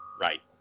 Right